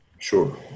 Sure